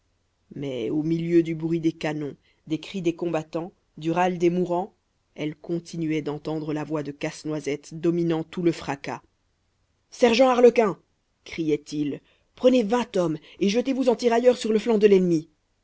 mais au milieu du bruit des canons des cris des combattants du râle des mourants elle continuait d'entendre la voix de casse-noisette dominant tout le fracas sergent arlequin criait-il prenez vingt hommes et jetez-vous en tirailleur sur le flanc de l'ennemi